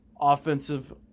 offensive